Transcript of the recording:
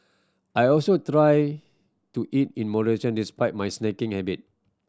I also try to eat in moderation despite my snacking habit